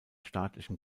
staatlichen